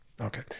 okay